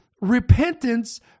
repentance